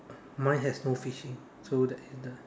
mine has no fishing so that is the